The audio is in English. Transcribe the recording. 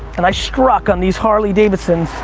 and i struck on these harley davidson.